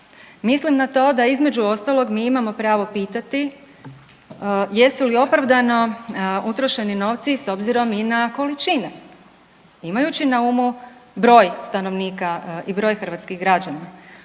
Mislim na to da između ostalog, mi imamo pravo pitati jesu li opravdano utrošeni novci s obzirom i na količine, imajući na umu broj stanovnika i broj hrvatskih građana.